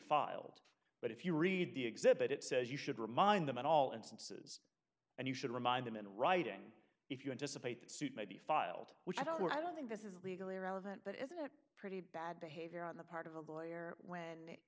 filed but if you read the exhibit it says you should remind them in all instances and you should remind them in writing if you anticipate that suit may be filed which i don't i don't think this is legally relevant but isn't it pretty bad behavior on the part of a lawyer when